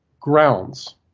grounds